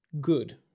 good